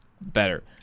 better